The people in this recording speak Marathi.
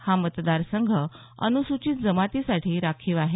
हा मतदार संघ अनुसूचित जमातीसाठी राखीव आहे